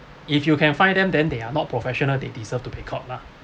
if you can find them then they are not professional they deserve to be caught lah